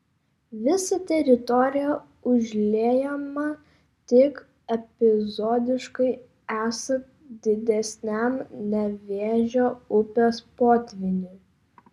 visa teritorija užliejama tik epizodiškai esant didesniam nevėžio upės potvyniui